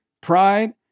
pride